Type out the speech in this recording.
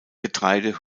getreide